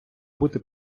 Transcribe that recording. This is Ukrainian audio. бути